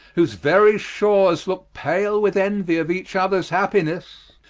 whose very shoares looke pale, with enuy of each others happinesse,